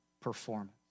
performance